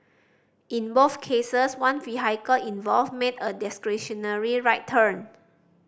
in both cases one vehicle involved made a discretionary right turn